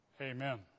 amen